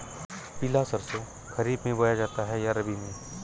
पिला सरसो खरीफ में बोया जाता है या रबी में?